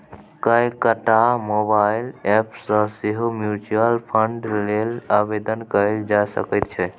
कएकटा mobile app सँ सेहो म्यूचुअल फंड लेल आवेदन कएल जा सकैत छै